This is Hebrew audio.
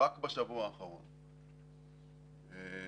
רק בשבוע האחרון אני פוגש,